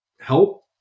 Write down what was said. help